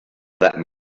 that